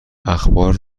اخبار